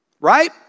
right